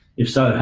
if so,